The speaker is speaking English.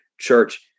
Church